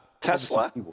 Tesla